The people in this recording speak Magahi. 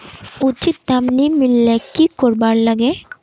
उचित दाम नि मिलले की करवार लगे?